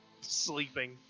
sleeping